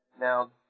now